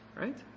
right